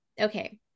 okay